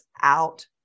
out